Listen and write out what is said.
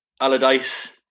Allardyce